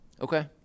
Okay